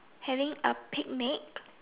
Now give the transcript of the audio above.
having a picnic